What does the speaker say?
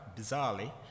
bizarrely